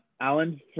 Alan